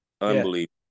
Unbelievable